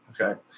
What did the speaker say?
okay